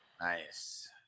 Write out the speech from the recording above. Nice